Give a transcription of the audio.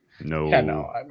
No